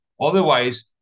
Otherwise